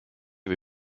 või